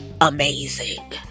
amazing